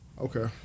okay